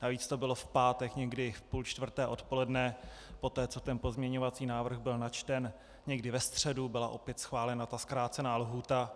Navíc to bylo v pátek někdy v půl čtvrté odpoledne poté, co pozměňovací návrh byl načten někdy ve středu, byla opět schválena zkrácená lhůta.